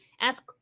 ask